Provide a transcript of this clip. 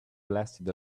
blasted